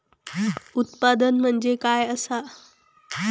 उत्पादन म्हणजे काय असा?